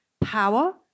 power